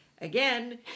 again